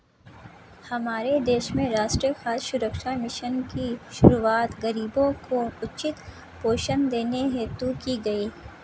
हमारे देश में राष्ट्रीय खाद्य सुरक्षा मिशन की शुरुआत गरीबों को उचित पोषण देने हेतु की गई